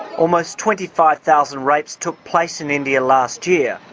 almost twenty five thousand rapes took place in india last year,